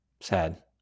Sad